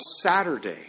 Saturday